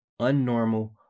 unnormal